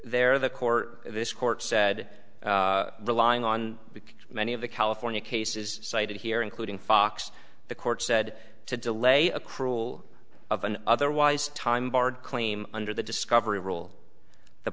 there the court this court said relying on because many of the california cases cited here including fox the court said to delay a cruel of an otherwise time barred claim under the discovery rule the